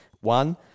one